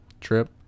trip